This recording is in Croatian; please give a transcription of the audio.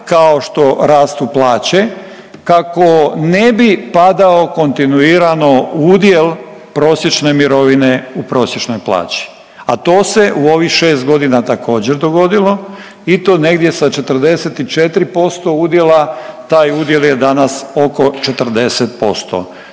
kao što rastu plaće kako ne bi padao kontinuirano udjel prosječne mirovine u prosječnoj plaći, a to se u ovih 6.g. također dogodilo i to negdje sa 44% udjela taj udjel je danas oko 40%.